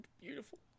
beautiful